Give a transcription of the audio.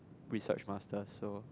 research master so